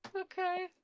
Okay